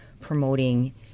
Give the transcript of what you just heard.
promoting